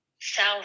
South